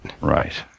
Right